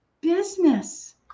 business